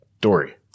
Dory